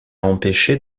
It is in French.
empêché